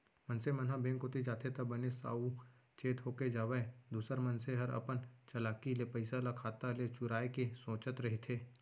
मनसे मन ह बेंक कोती जाथे त बने साउ चेत होके जावय दूसर मनसे हर अपन चलाकी ले पइसा ल खाता ले चुराय के सोचत रहिथे